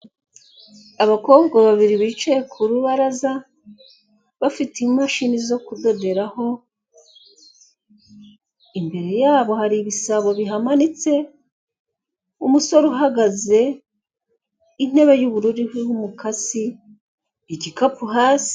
Amarembo ariho icyapa avuga ibijyanye n'ibikorerwa aho, ahantu handitseho igororero rya Rwamagana aho bajyana abantu bafite imico itari myiza, kugira ngo bagororwe bagire imico myiza.